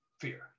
fear